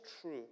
true